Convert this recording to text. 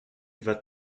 votre